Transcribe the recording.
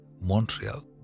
Montreal